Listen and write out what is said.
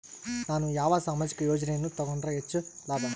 ನಾನು ಯಾವ ಸಾಮಾಜಿಕ ಯೋಜನೆಯನ್ನು ತಗೊಂಡರ ಹೆಚ್ಚು ಲಾಭ?